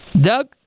Doug